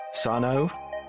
Sano